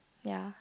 ya